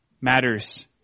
matters